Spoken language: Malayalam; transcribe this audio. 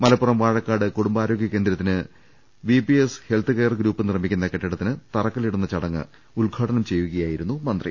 മലപ്പുറം വാഴക്കാട് കുടുംബാരോഗൃ കേന്ദ്രത്തിന് V P S health care group നിർമ്മിക്കുന്ന കെട്ടിടത്തിന് തറക്കല്ലിടുന്ന ചടങ്ങ് ഉദ്ഘാടനം ചെയ്യു കയായിരുന്നു മന്ത്രി